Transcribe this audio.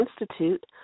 Institute